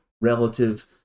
relative